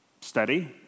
steady